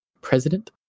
president